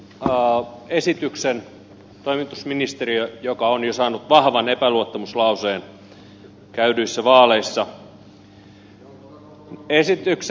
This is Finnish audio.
au esityksen pari ministeriä joka on jo saanut vahvan epäluottamuslauseen käydyissä vaaleissa on nyt tuonut esityksen